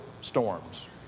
storms